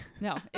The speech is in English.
no